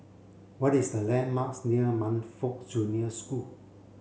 what is the landmarks near Montfort Junior School